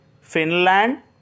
Finland